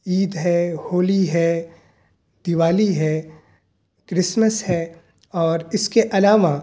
عید ہے ہولی ہے دیوالی ہے کرسمس ہے اور اس کے علاوہ